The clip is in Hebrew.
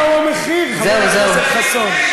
מהו המחיר, חבר הכנסת חסון?